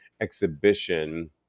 exhibition